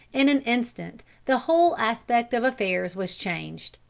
in an instant, the whole aspect of affairs was changed.